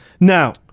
Now